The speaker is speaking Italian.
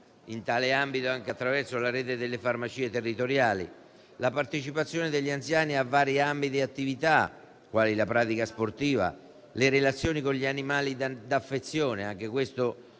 (in tale ambito anche attraverso la rete delle farmacie territoriali); la partecipazione degli anziani a vari ambiti e attività, quali la pratica sportiva, le relazioni con gli animali d'affezione (anche questo